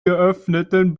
geöffneten